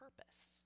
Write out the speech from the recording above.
purpose